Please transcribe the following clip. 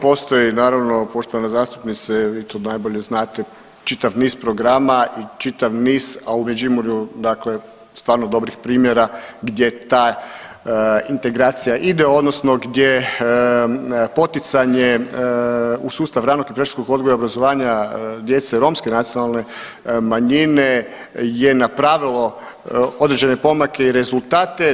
Postoji naravno poštovana zastupnice vi to najbolje znate čitav niz programa i čitav niz, a u Međimurju dakle stvarno dobrih primjera gdje ta integracija ide odnosno gdje poticanje u sustav ranog i predškolskog odgoja i obrazovanja djece romske nacionalne manjine je napravilo određene pomake i rezultate.